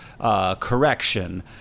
correction